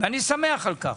ואני שמח על כך.